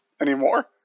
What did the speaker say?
anymore